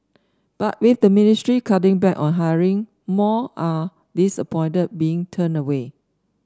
but with the ministry cutting back on hiring more are disappointed being turned away